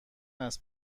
است